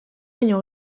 baino